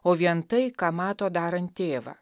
o vien tai ką mato darant tėvą